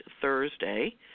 Thursday